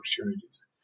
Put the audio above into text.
opportunities